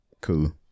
Cool